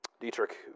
Dietrich